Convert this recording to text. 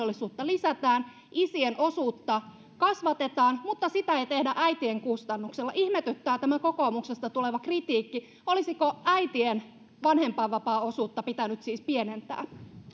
perheiden valinnanmahdollisuutta lisätään isien osuutta kasvatetaan mutta sitä ei tehdä äitien kustannuksella ihmetyttää tämä kokoomuksesta tuleva kritiikki olisiko äitien vanhempainvapaaosuutta pitänyt siis pienentää